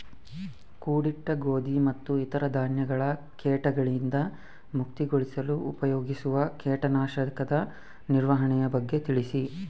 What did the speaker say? ಕೂಡಿಟ್ಟ ಗೋಧಿ ಮತ್ತು ಇತರ ಧಾನ್ಯಗಳ ಕೇಟಗಳಿಂದ ಮುಕ್ತಿಗೊಳಿಸಲು ಉಪಯೋಗಿಸುವ ಕೇಟನಾಶಕದ ನಿರ್ವಹಣೆಯ ಬಗ್ಗೆ ತಿಳಿಸಿ?